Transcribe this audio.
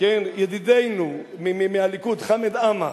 ידידנו מהליכוד חמד עמאר,